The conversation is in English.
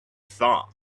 thought